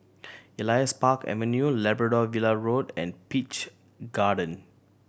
Elias Park Avenue Labrador Villa Road and Peach Garden